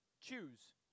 Choose